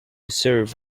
serve